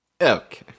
okay